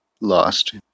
lost